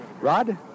Rod